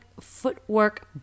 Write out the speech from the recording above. footwork